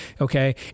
Okay